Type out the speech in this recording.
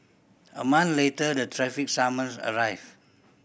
a month later the traffic summons arrived